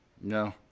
no